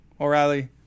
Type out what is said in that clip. O'Reilly